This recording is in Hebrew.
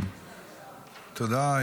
תודה.